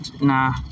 nah